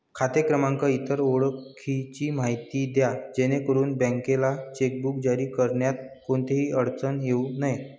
खाते क्रमांक, इतर ओळखीची माहिती द्या जेणेकरून बँकेला चेकबुक जारी करण्यात कोणतीही अडचण येऊ नये